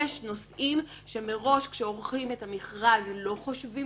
יש נושאים שכשעורכים את המכרז לא חושבים